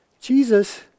Jesus